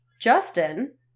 Justin